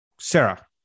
Sarah